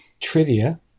Trivia